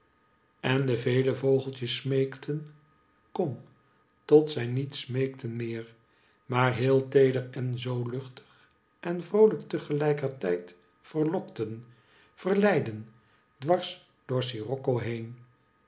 en de vele vogeltjes smeekten kom tot zij niet smeekten meer maar heel teeder en zoo luchtig en vroolijk te gelijker tijd verlokten verleidden dwars door scirocco been